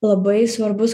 labai svarbus